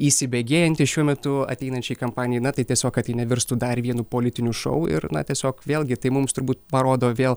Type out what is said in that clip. įsibėgėjantys šiuo metu ateinančiai kampanijai na tai tiesiog kad ji nevirstų dar vienu politiniu šou ir na tiesiog vėlgi tai mums turbūt parodo vėl